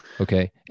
Okay